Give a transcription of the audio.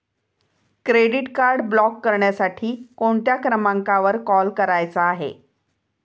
Credit card block करण्यासाठी कोणत्या क्रमांकावर कॉल करायचा आहे?